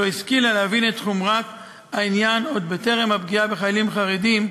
שלא השכילה להבין את חומרת העניין עוד בטרם הפגיעה בחיילים חרדים,